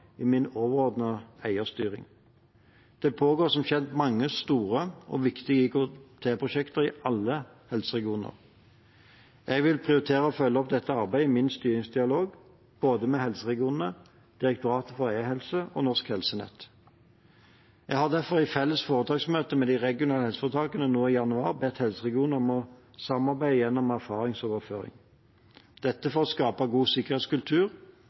i min overordnede eierstyring. Det pågår som kjent mange store og viktige IKT-prosjekter i alle helseregioner. Jeg vil prioritere å følge opp dette arbeidet i min styringsdialog, både med helseregionene, Direktoratet for e-helse og Norsk Helsenett. Jeg har derfor i felles foretaksmøte med de regionale helseforetakene nå i januar bedt helseregionene om å samarbeide gjennom erfaringsoverføring – dette for å skape god sikkerhetskultur